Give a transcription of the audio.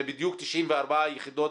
בדיוק 94 יחידות